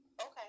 Okay